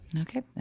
Okay